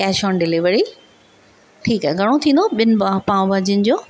cash on delivery ठीकु आहे घणो थींदो ॿिनि पाव भाॼियुनि जो